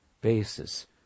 basis